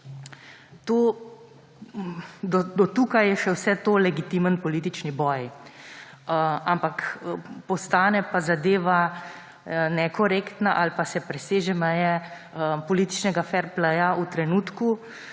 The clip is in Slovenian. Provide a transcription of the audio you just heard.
Do tukaj je vse to še legitimen politični boj, ampak postane zadeva nekorektna ali pa se preseže meje političnega fair playa v trenutku,